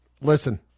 Listen